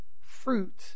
Fruit